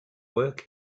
work